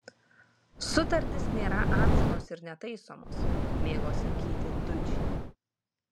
sutartys nėra amžinos ir netaisomos mėgo sakyti dučė